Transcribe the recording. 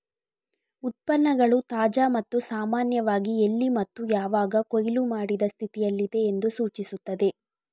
ಉತ್ಪನ್ನಗಳು ತಾಜಾ ಮತ್ತು ಸಾಮಾನ್ಯವಾಗಿ ಎಲ್ಲಿ ಮತ್ತು ಯಾವಾಗ ಕೊಯ್ಲು ಮಾಡಿದ ಸ್ಥಿತಿಯಲ್ಲಿದೆ ಎಂದು ಸೂಚಿಸುತ್ತದೆ